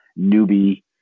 newbie